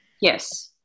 Yes